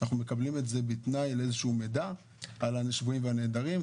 אנחנו מקבלים את זה בתנאי לאיזה שהוא מידע על השבויים והנעדרים?